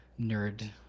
nerd